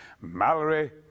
Mallory